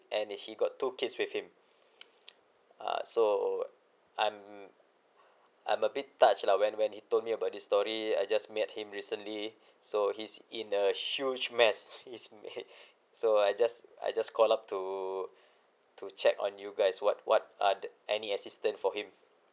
and he got two kids with him uh so I'm I'm a bit touched lah when when he told me about this story I just met him recently so he's in the huge mess it's my head so I just I just call up to to check on you guys what what are the any assistant for him